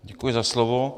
Děkuji za slovo.